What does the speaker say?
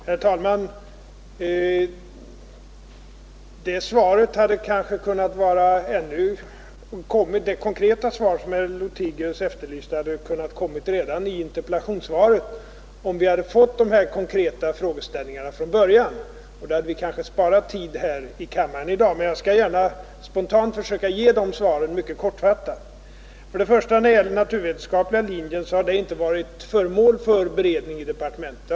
Herr talman! De konkreta svar som herr Lothigius nu efterlyser hade jag kunnat lämna redan i mitt interpellationssvar, om vi hade fått de konkreta frågorna från början. Då hade vi också kunnat spara tid här i kammaren i dag. Men jag skall gärna försöka att spontant och mycket kortfattat lämna de önskade svaren. Vad då först gäller den naturvetenskapliga linjen, så har den frågan inte varit föremål för beredning i departementet.